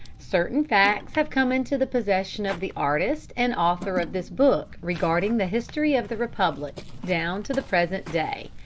certain facts have come into the possession of the artist and author of this book regarding the history of the republic down to the present day.